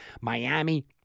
Miami